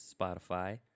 Spotify